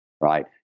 right